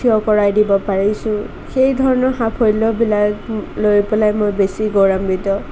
থিয় কৰাই দিব পাৰিছোঁ সেইধৰণৰ সাফল্যবিলাক লৈ পেলাই মই বেছি গৌৰৱান্বিত